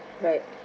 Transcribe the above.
right